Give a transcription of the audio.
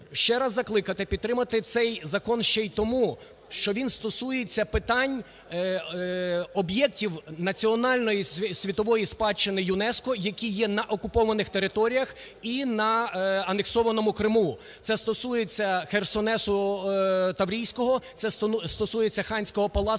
ще раз закликати підтримати цей закон ще й тому, що він стосується питань об'єктів національної світової спадщини ЮНЕСКО, які є на окупованих територіях і на анексованому Криму. Це стосується Херсонесу Таврійського, це стосується Ханського палацу